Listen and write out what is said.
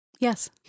Yes